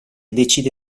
decide